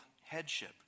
headship